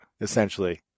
essentially